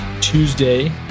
Tuesday